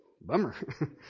Bummer